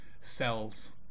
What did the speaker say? cells